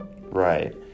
Right